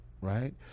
right